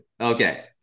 okay